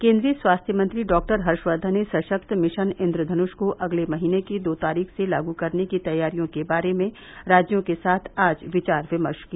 केन्द्रीय स्वास्थ्य मंत्री डॉक्टर हर्षकर्धन ने सशक्त मिशन इन्द्रधनुष को अगले महीने की दो तारीख से लागू करने की तैयारियों के बारे में राज्यों के साथ आज विचार विमर्श किया